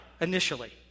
initially